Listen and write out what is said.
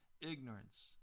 ignorance